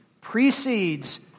precedes